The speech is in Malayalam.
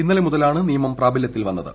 ഇന്നലെ മുതലാണ് നിയമം പ്രാബല്യത്തിൽ വന്നത്